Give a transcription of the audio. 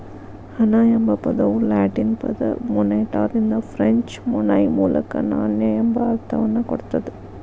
ಹಣ ಎಂಬ ಪದವು ಲ್ಯಾಟಿನ್ ಪದ ಮೊನೆಟಾದಿಂದ ಫ್ರೆಂಚ್ ಮೊನೈ ಮೂಲಕ ನಾಣ್ಯ ಎಂಬ ಅರ್ಥವನ್ನ ಕೊಡ್ತದ